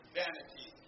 vanity